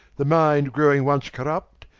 the minde growing once corrupt,